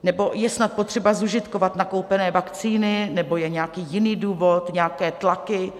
Nebo je snad potřeba zužitkovat nakoupené vakcíny, nebo je nějaký jiný důvod, nějaké tlaky?